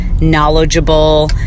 knowledgeable